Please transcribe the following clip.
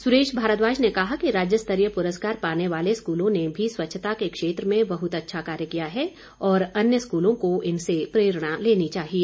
सुरेश भारद्वाज ने कहा कि राज्य स्तरीय पुरस्कार पाने वाले स्कूलों ने भी स्वच्छता के क्षेत्र में बहुत अच्छा कार्य किया है और अन्य स्कूलों को इनसे प्रेरणा लेनी चाहिए